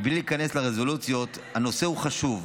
בלי להיכנס לרזולוציות: הנושא הוא חשוב.